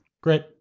Great